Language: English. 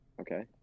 Okay